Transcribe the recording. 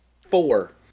Four